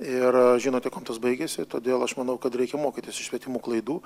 ir žinote kuom tas baigiasi todėl aš manau kad reikia mokytis iš svetimų klaidų